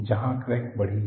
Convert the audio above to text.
जहां क्रैक बढ़ी है